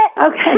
Okay